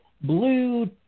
blue